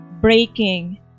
breaking